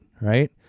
right